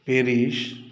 Paris